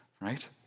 right